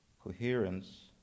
coherence